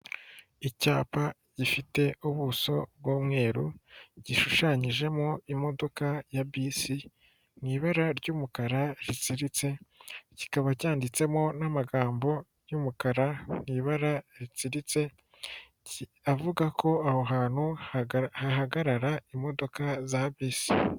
Icyapa gifite ubuso bw'umweru, gishushanyijemo imodoka ya bisi mu ibara ry'umukara ritsiritse, kikaba cyanditsemo n'amagambo y'umukara mu ibara ritsiritse, avuga ko aho hantu hahagarara imodoka za bisi.